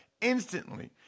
instantly